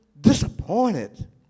disappointed